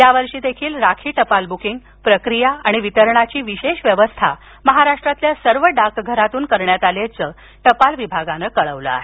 यावर्षीदेखील राखी टपाल बुकिंग प्रक्रिया आणि वितरणाची विशेष व्यवस्था महाराष्ट्रातील सर्व डाक घरांतून करण्यात आली असल्याचं टपाल विभागानं कळवलं आहे